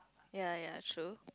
ya ya true